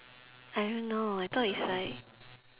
I don't know I thought it's like